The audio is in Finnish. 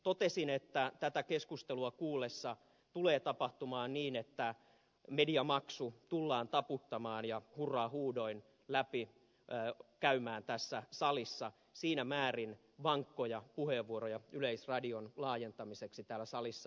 totesin että tätä keskustelua kuullessa tulee tapahtumaan niin että mediamaksulle tullaan taputtamaan ja se tullaan hurraahuudoin läpikäymään tässä salissa siinä määrin vankkoja puheenvuoroja yleisradion laajentamiseksi täällä salissa on kuultu